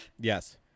yes